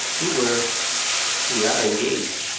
we were we are engaged.